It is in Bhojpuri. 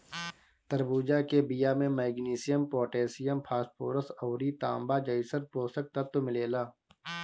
तरबूजा के बिया में मैग्नीशियम, पोटैशियम, फास्फोरस अउरी तांबा जइसन पोषक तत्व मिलेला